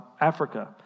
Africa